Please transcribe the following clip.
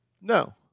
No